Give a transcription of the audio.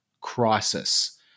crisis